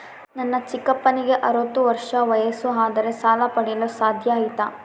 ನನ್ನ ಚಿಕ್ಕಪ್ಪನಿಗೆ ಅರವತ್ತು ವರ್ಷ ವಯಸ್ಸು ಆದರೆ ಸಾಲ ಪಡೆಯಲು ಸಾಧ್ಯ ಐತಾ?